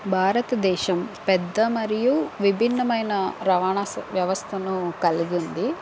భారతదేశం పెద్ద మరియు విభిన్నమైన రవాణా స వ్యవస్థను కలిగి ఉంది